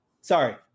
Sorry